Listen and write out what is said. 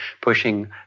pushing